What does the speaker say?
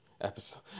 episode